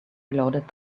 reloaded